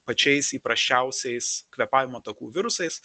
pačiais įprasčiausiais kvėpavimo takų virusais